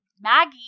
Maggie